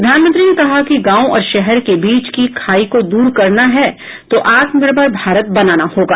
प्रधानमंत्री ने कहा कि गांव और शहर के बीच की खाई को दूर करना है तो आत्मनिर्भर भारत बनाना होगा